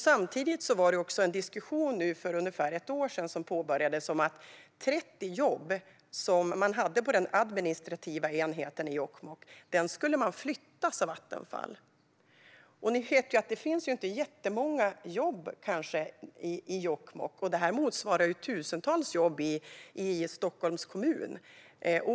Samtidigt påbörjades för ungefär ett år sedan en diskussion om att 30 jobb på den administrativa enheten i Jokkmokk skulle flytta, enligt Vattenfall. Det finns inte jättemånga jobb i Jokkmokk, och detta motsvarar tusentals jobb i Stockholms kommun.